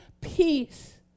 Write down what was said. peace